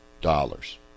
dollars